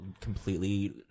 completely